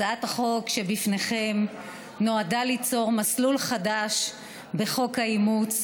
הצעת החוק שלפניכם נועדה ליצור מסלול חדש בחוק האימוץ,